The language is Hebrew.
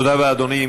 תודה רבה, אדוני.